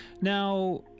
Now